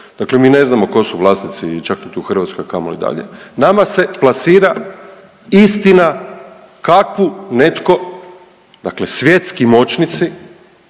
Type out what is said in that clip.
dakle mi ne znamo tko su vlasnici, čak niti u Hrvatskoj, a kamoli dalje, nama se plasira istina kakvu netko, dakle svjetski moćnici